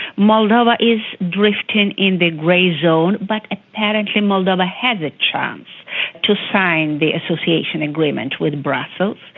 moldova is drifting in the grey zone, but apparently moldova has a chance to sign the association agreement with brussels,